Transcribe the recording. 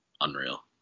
unreal